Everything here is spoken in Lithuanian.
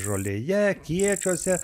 žolėje kiečiuose